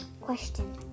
question